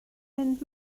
mynd